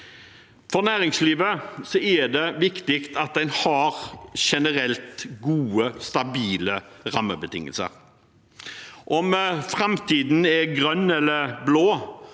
For næringslivet er det viktig at en har generelt gode, stabile rammebetingelser. Om framtiden er grønn eller blå,